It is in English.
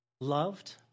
loved